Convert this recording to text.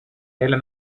έλα